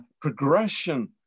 progression